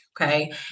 okay